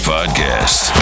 Podcast